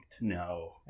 No